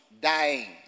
dying